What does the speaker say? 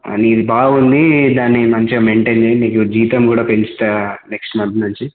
ఆ నీది బాగుంది దాన్ని మంచిగా మెయింటైన్ చేయి నీకు జీతం కూడా పెంచుతా నెక్స్ట్ మంత్ నుంచి